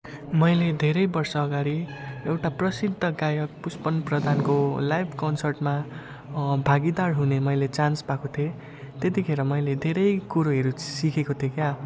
मैले धेरै वर्षअगाडि एउटा प्रसिद्ध गायक पुष्पन प्रधानको लाइभ कन्सर्टमा भागिदार हुने मैले चान्स पाएको थिएँ त्यतिखेर मैले धेरै कुरोहरू सिकेको थिएँ क्या